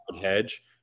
hedge